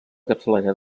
capçalera